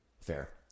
Fair